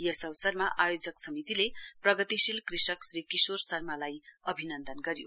यस अवसरमा आयोजक समितिले प्रगतिशील कृषक श्री किशोर शर्मालाई अभिनन्दन गर्यो